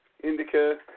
Indica